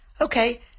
Okay